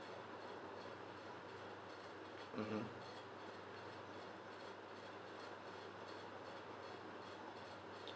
mmhmm